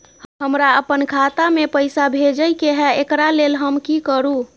हमरा अपन खाता में पैसा भेजय के है, एकरा लेल हम की करू?